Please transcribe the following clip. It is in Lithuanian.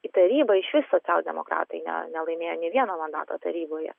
į tarybą išvis socialdemokratai ne nelaimėjo nė vieno mandato taryboje